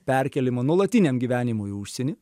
perkėlimą nuolatiniam gyvenimui į užsienį